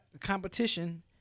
competition